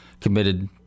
committed